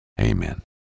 Amen